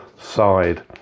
side